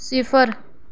सिफर